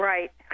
Right